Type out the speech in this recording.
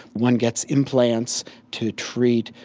one gets implants to treat,